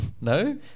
No